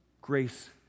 grace